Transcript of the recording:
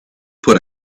put